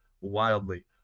wildly